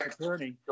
attorney